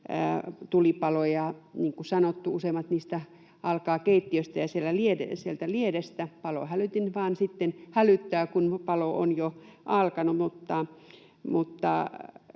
tulipaloja. Niin kuin sanottu, useimmat niistä alkavat keittiöstä ja sieltä liedestä. Palohälytin vaan sitten hälyttää, kun palo on jo alkanut,